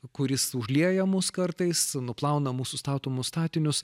kuris užlieja mus kartais nuplauna mūsų statomus statinius